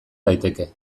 daiteke